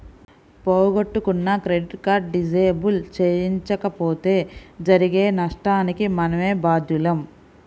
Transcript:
పోగొట్టుకున్న credit card disable చేయించకపోతే జరిగే నష్టానికి మనమే బాధ్యులం